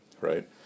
right